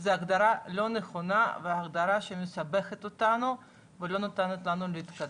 זו הגדרה לא נכונה והגדרה שמסבכת אותנו ולא נותנת לנו להתקדם.